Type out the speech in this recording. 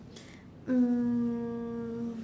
um